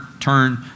turn